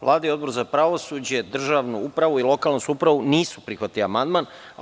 Vlada i Odbor za pravosuđe, državnu upravu i lokalnu samoupravu nisu prihvatili ovaj amandman.